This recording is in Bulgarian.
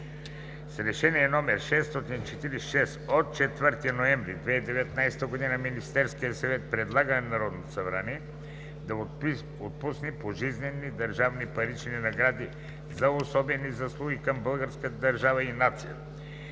С Решение № 646 от 4 ноември 2019 г. Министерският съвет предлага на Народното събрание да отпусне пожизнено държавни парични награди за особени заслуги към българската държава и нацията,